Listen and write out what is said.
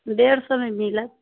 डेढ़ सए मे मिलत